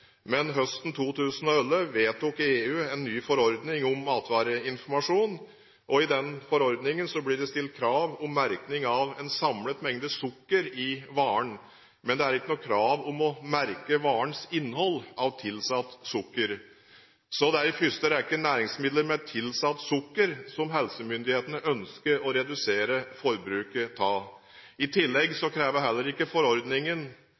Men høsten 2011 vedtok EU en ny forordning om matvareinformasjon, og i den forordningen blir det stilt krav til merkingen av en samlet mengde sukker i varen. Men det er ikke noe krav om å merke varens innhold av tilsatt sukker. Det er i første rekke næringsmidler med tilsatt sukker som helsemyndighetene ønsker å redusere forbruket av. I tillegg krever heller ikke forordningen